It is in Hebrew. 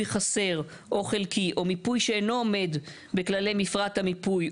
חסר או חלקי או מיפוי שאינו עומד בכללי מפרט המיפוי,